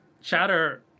chatter